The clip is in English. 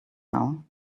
now